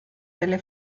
delle